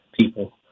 people